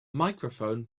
microphone